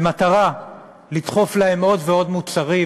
במטרה לדחוף להם עוד ועוד מוצרים,